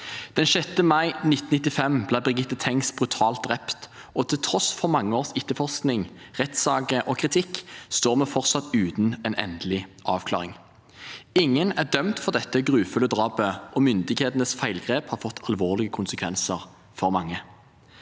Den 6. mai 1995 ble Birgitte Tengs brutalt drept, og til tross for mange års etterforskning, rettssaker og kritikk står vi fortsatt uten en endelig avklaring. Ingen er dømt for dette grufulle drapet, og myndighetenes feilgrep har fått alvorlige konsekvenser for mange.